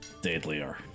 deadlier